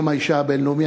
יום האישה הבין-לאומי,